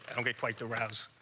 and good. quite the rounds